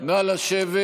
נא לשבת.